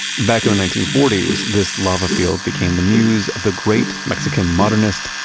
back in the nineteen forty s, this lava field became the muse of the great mexican modernist,